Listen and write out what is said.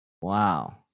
Wow